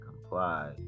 comply